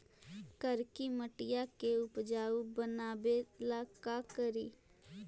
करिकी मिट्टियां के उपजाऊ बनावे ला का करी?